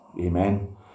Amen